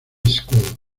school